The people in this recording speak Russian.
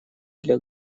для